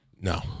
No